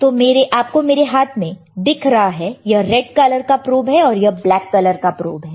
तो आपको मेरे हाथ में दिख रहा है यह रेड कलर का प्रोब है और यह ब्लैक कलर का प्रोब है